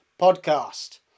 podcast